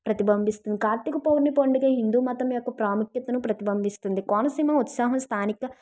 ప్రతిబంబిస్తుంది కార్తీక పౌర్ణమి పండుగ హిందూ మతం యొక్క ప్రాముఖ్యతను ప్రతిబంబిస్తుంది కోనసీమ ఉత్సాహం స్థానిక